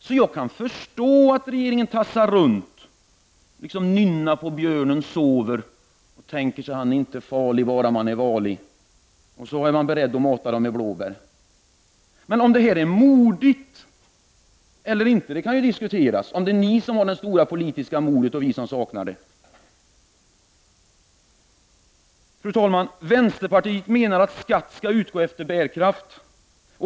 Jag kan därför förstå att regeringen tassar runt och nynnar på Björnen sover — han är inte farlig bara man är varlig — och är beredd att mata näringslivet med blåbär. Men om det är modigt eller inte kan diskuteras, och om det är regeringen som har det stora politiska modet och vi som saknar det kan också diskuteras. Fru talman! Vänsterpartiet menar att skatt skall utgå efter bärkraft.